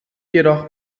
jedoch